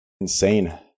insane